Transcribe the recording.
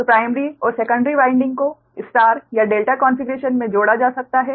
तो प्राइमरी और secondary winding को स्टार या डेल्टा कॉन्फ़िगरेशन में जोड़ा जा सकता है